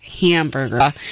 hamburger